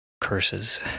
curses